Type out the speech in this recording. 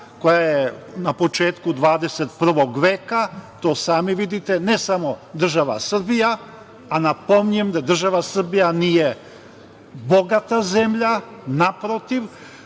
koja je na početku 21. veka, to sami vidite, ne samo država Srbija, a napominjem da država Srbija nije bogata zemlja, naprotiv,